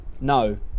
no